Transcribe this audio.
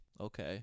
okay